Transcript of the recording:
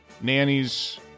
nannies